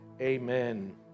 amen